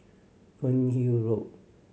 Fernhill Road